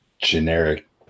generic